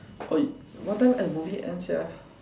oh y~ what time the movie end sia